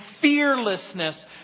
fearlessness